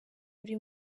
buri